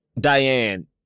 Diane